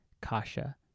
Kasha